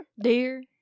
Dear